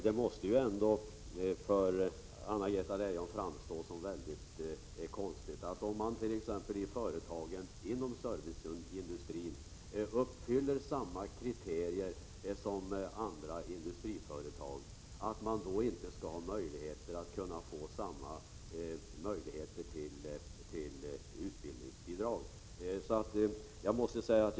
Det måste för Anna-Greta Leijon framstå som konstigt att företagen inom serviceindustrin, som uppfyller samma kriterier som andra industriföretag, inte har samma möjligheter att få utbildningsbidrag.